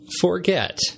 forget